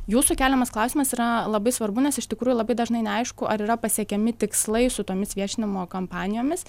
jūsų keliamas klausimas yra labai svarbu nes iš tikrųjų labai dažnai neaišku ar yra pasiekiami tikslai su tomis viešinimo kampanijomis